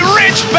rich